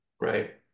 Right